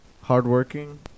Hardworking